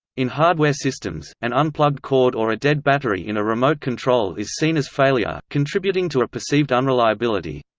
in hardware systems, an unplugged cord or a dead battery in a remote control is seen as failure, contributing to a perceived unreliability.